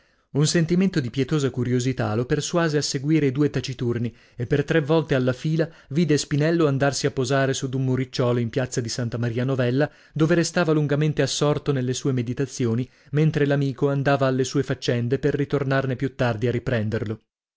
un sentimento di pietosa curiosità lo persuase a seguire i due taciturni e per tre volte alla fila vide spinello andarsi a posare su d'un muricciuolo in piazza di santa maria novella dove restava lungamente assorto nelle sue meditazioni mentre l'amico andava alle sue faccende per ritornarne più tardi a riprenderlo